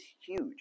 huge